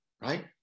right